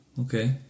Okay